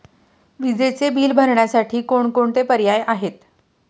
विजेचे बिल भरण्यासाठी कोणकोणते पर्याय आहेत?